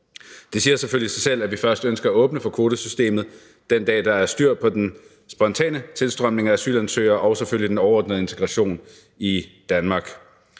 Det siger selvfølgelig sig selv, at vi først ønsker at åbne for kvotesystemet den dag, der er styr på den spontane tilstrømning af asylansøgere og selvfølgelig den overordnede integration i Danmark.